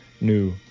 new